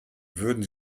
würden